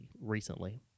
recently